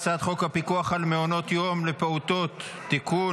הצעת חוק הפיקוח על מעונות יום לפעוטות (תיקון,